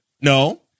No